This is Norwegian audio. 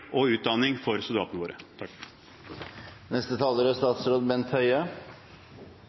og utdanning for soldatene våre.